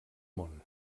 món